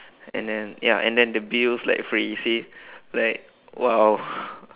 and then ya and then the bills like free you see like !wow!